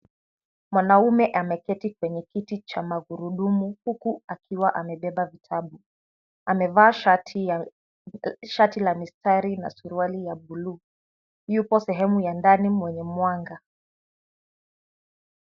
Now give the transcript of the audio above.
Mwanaume ameketi kwenye kiti cha magurudumu huku akiwa amebeba vitabu. Amevaa shati la mistari na suruali ya bluu. Yupo sehemu ya ndani mwenye mwanga.